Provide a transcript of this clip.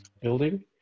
building